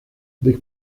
dick